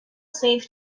save